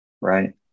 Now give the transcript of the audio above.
Right